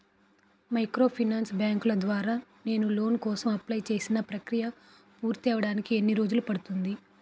Microfinance బ్యాంకుల ద్వారా నేను లోన్ కోసం అప్లయ్ చేసిన ప్రక్రియ పూర్తవడానికి ఎన్ని రోజులు పడుతుంది?